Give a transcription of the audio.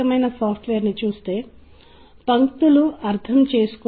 నేను ఒక స్వరము క్షణంలో వాయిస్తాను